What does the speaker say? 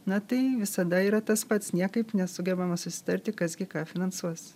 na tai visada yra tas pats niekaip nesugebama susitarti kas gi ką finansuos